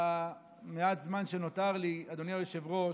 במעט הזמן שנותר לי, אדוני היושב-ראש,